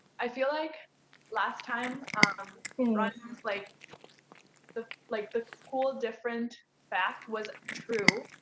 i feel like last time, ah um like the like the cool different fact was true.